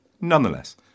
Nonetheless